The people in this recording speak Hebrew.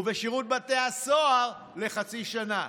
ובשירות בתי הסוהר, לחצי שנה.